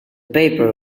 paper